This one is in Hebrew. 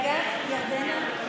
אנטאנס,